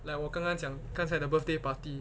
like 我刚刚讲刚才的 birthday party